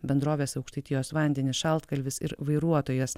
bendrovės aukštaitijos vandenys šaltkalvis ir vairuotojas